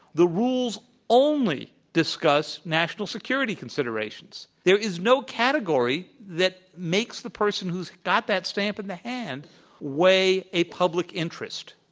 the rules only discuss national security considerations. there is no category that makes the person who's got that stamp in the hand weigh a public interest.